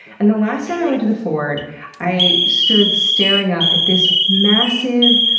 and the last time i went to the ford i stood staring up at this massive,